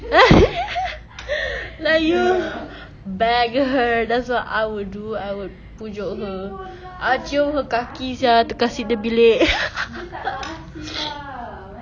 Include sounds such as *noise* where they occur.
*laughs* like you beg her that's what I would do I would pujuk her I'll cium her kaki sia to kasi the bilik *laughs*